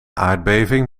aardbeving